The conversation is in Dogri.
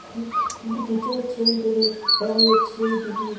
कि क्योंकि टीचर अच्छे होंदे हे पढ़ाई अच्छी होंदी ही